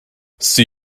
see